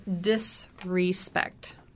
disrespect